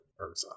Urza